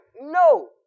No